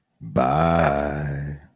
Bye